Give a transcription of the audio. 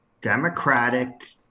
Democratic